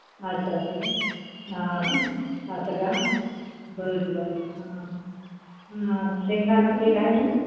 असं असं हां असं का बरं बरं हां हां शेंगदाणा तेल आहे ना